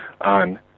on